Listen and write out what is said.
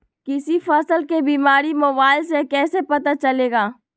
किसी फसल के बीमारी मोबाइल से कैसे पता चलेगा?